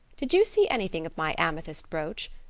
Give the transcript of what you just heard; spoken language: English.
did you see anything of my amethyst brooch?